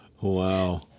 Wow